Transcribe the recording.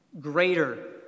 greater